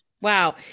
wow